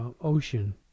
ocean